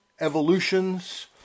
evolutions